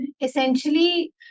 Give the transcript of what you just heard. essentially